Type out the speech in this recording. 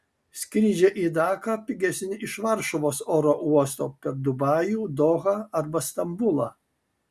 skrydžiai į daką pigesni iš varšuvos oro uosto per dubajų dohą arba stambulą